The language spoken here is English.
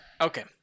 Okay